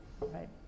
Right